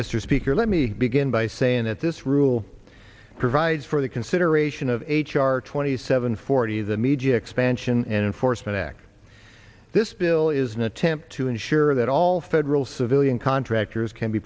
r speaker let me begin by saying that this rule provides for the consideration of h r twenty seven forty the media expansion and enforcement act this bill is an attempt to ensure that all federal civilian contractors can be